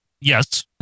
Yes